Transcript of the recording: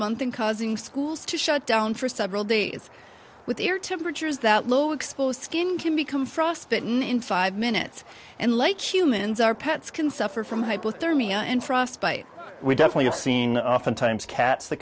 month and causing schools to shut down for several days with air temperatures that low exposed skin can become frostbitten in five minutes and like humans our pets can suffer from hypothermia and frostbite we definitely are seeing oftentimes cats that